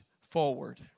forward